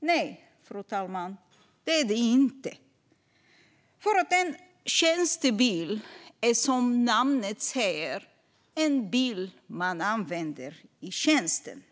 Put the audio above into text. Nej, fru talman, det är det inte. En tjänstebil är nämligen, som namnet säger, en bil man använder i tjänsten.